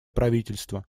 правительства